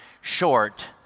short